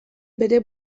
bere